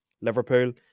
Liverpool